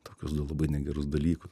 tokius du labai negerus dalykus